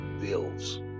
bills